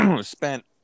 spent